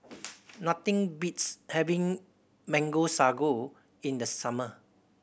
nothing beats having Mango Sago in the summer